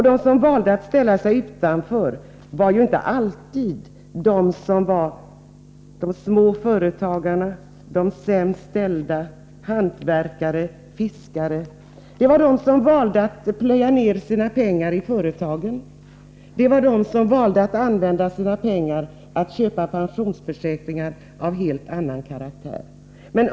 De som har valt att ställa sig utanför var inte alltid de små företagarna, de sämst ställda, hantverkare och fiskare, utan det var personer som valde att plöja ned sina pengar i företagen, valde att använda pengarna till att köpa pensionsförsäkringar av helt annan karaktär.